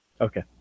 Okay